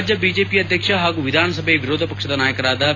ರಾಜ್ಯ ಬಿಜೆಪಿ ಅಧ್ಯಕ್ಷ ಹಾಗೂ ವಿಧಾನಸಭೆ ವಿರೋಧ ಪಕ್ಷದ ನಾಯಕರಾದ ಬಿ